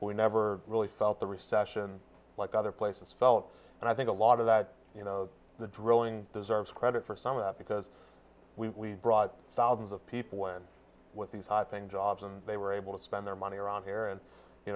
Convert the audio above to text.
we never really felt the recession like other places felt and i think a lot of that the drilling deserves credit for some of that because we brought thousands of people in with these high thing jobs and they were able to spend their money around here and